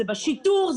זה בשיטור,